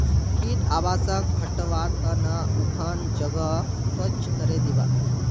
कीट आवासक हटव्वार त न उखन जगहक स्वच्छ करे दीबा